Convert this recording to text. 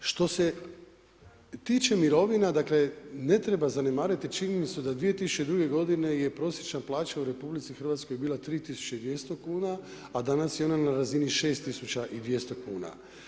Što se tiče mirovina, dakle, ne treba zanemariti činjenicu da 2002. je prosječna plaća bila 3200 kn, a danas je ona na razini 6200 kn.